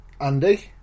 Andy